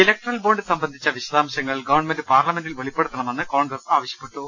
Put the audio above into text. electoral bond സംബന്ധിച്ച വിശദാംശങ്ങൾ government പാർലമെന്റിൽ വെളിപ്പെടുത്തണമെന്ന് കോൺഗ്രസ് ആവശ്യപ്പെട്ടു